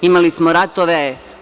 Imali smo ratove.